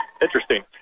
Interesting